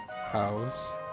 House